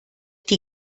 die